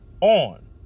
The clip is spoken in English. on